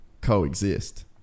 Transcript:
coexist